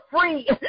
Free